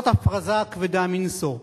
זאת הפרזה כבדה מנשוא,